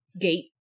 gate